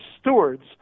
stewards